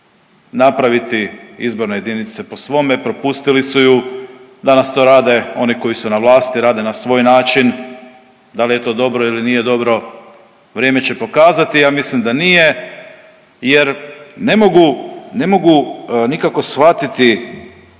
napraviti izborne jedinice po svome. Propustili su ju. Danas to rade oni koji su na vlasti, rade na svoj način. Da li je to dobro ili nije dobro vrijeme će pokazati. Ja mislim da nije, jer ne mogu nikako shvatiti